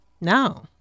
No